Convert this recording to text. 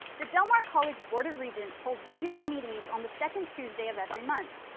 the del mar college board of regents hold regular meetings on the second tuesday of every month.